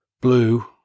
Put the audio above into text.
Blue